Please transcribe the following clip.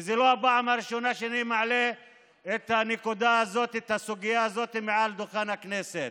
כי זאת לא הפעם הראשונה שאני מעלה את הסוגיה הזאת מעל דוכן הכנסת.